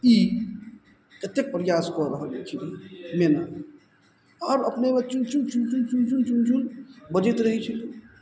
ई एतेक प्रयास कऽ रहल अछि ई मेना आओर अपनेमे चुनचुन चुनसुन चुनचुन चुनचुन बजैत रहय छलय